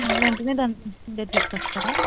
వెంటనే దాంట్లో ఉండేది తీసుకు వస్తారా